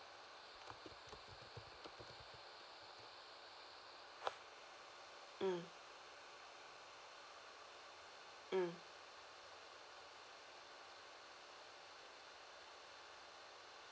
mm mm